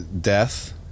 death